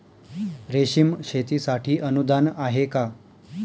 रेशीम शेतीसाठी अनुदान आहे का?